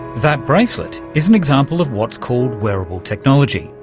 that bracelet is an example of what's called wearable technology.